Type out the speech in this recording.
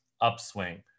upswing